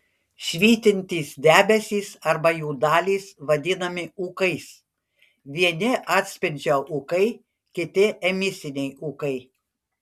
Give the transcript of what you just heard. švytintys debesys arba jų dalys vadinami ūkais vieni atspindžio ūkai kiti emisiniai ūkai